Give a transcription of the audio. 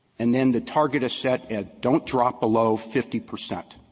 and then the target is set at don't drop below fifty percent,